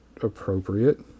appropriate